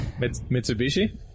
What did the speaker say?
Mitsubishi